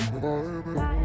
Baby